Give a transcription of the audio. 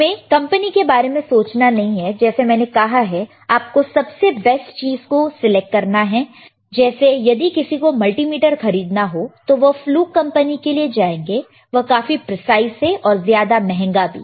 हमें कंपनी के बारे में सोचना नहीं है जैसे मैंने कहा है आपको सबसे बेस्ट चीज को सिलेक्ट करना है जैसे यदि किसी को मल्टीमीटर खरीदना हो तो वह फ्लूक कंपनी के लिए जाएंगे वह काफी प्रीसाइस है और ज्यादा महंगा भी है